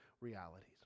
realities